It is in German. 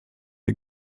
der